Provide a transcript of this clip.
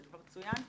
זה כבר צוין פה.